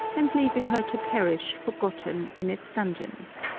and leaving her to perish forgotten in its dungeons.